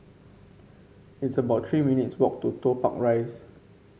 it's about Three minutes' walk to Toh Tuck Rise